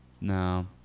No